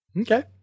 Okay